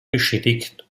beschädigt